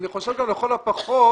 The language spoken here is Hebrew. אני חושב שלכל הפחות